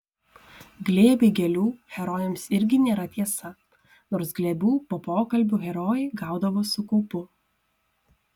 glėbiai gėlių herojams irgi nėra tiesa nors glėbių po pokalbių herojai gaudavo su kaupu